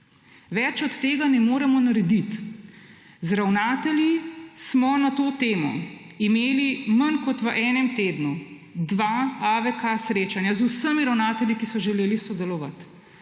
Več od tega ne moremo narediti. Z ravnatelji smo na to temo imeli manj kot v enem tednu dve srečanji AVK, z vsemi ravnatelji, ki so želeli sodelovati.